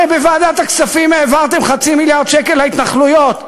הרי בוועדת הכספים העברתם חצי מיליארד שקל להתנחלויות.